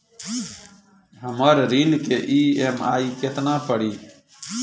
हमर ऋण के ई.एम.आई केतना पड़ी?